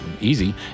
easy